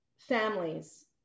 families